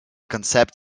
concept